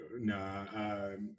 No